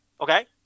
Okay